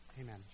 amen